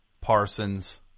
Parsons